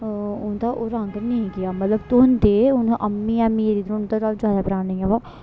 उं'दा ओह् रंग नेईं गेआ मतलब धोंदे हून अम्मी ऐ मेरी ते उं'दा थमां ज्यादा परानी ऐ बा